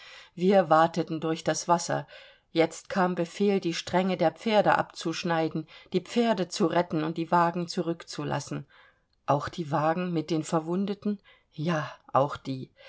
wir wateten durch das wasser jetzt kam befehl die stränge der pferde abzuschneiden die pferde zu retten und die wagen zurückzulassen auch die wagen mit den verwundeten ja auch die